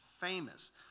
famous